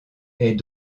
est